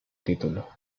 título